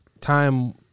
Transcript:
time